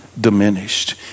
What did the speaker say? diminished